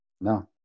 No